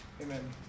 amen